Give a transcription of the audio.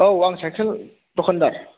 औ आं सायखेल दखान्दार